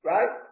Right